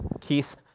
Keith